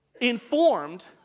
informed